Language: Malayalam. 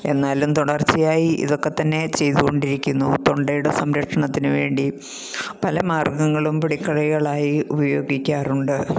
എന്നാലും തുടർച്ചയായി ഇതൊക്കെത്തന്നെ ചെയ്തുകൊണ്ടിരിക്കുന്നു തൊണ്ടയുടെ സംരക്ഷണത്തിന് വേണ്ടി പല മാർഗങ്ങളും പൊടിക്കൈകളായി ഉപയോഗിക്കാറുണ്ട്